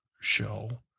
show